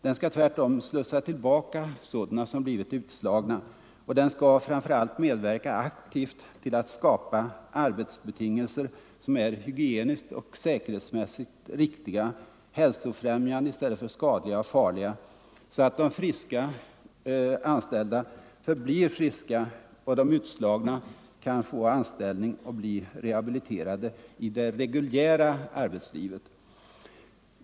Den skall tvärtom slussa tillbaka sådana som blivit utslagna. Och den skall framför allt medverka aktivt till att skapa arbetsbetingelser som är hygieniskt och säkerhetsmässigt riktiga, hälsofrämjande i stället för skadliga och farliga, så att de friska anställda förblir friska och de utslagna kan få anställning och bli rehabiliterade i det reguljära arbetslivet.